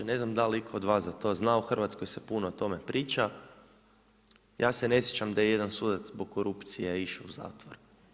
Ne znam da li itko od vas za to zna, u Hrvatskoj se puno o tome priča, ja se ne sjećam da je i jedan sudac zbog korupcije išao u zatvor.